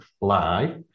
Lie